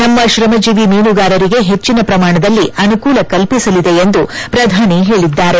ನಮ್ಮ ಶ್ರಮಜೀವಿ ಮೀನುಗಾರರಿಗೆ ಹೆಚ್ಚಿನ ಪ್ರಮಾಣದಲ್ಲಿ ಅನುಕೂಲ ಕಲ್ಪಿಸಲಿದೆ ಎಂದು ಪ್ರಧಾನಿ ಹೇಳಿದ್ದಾರೆ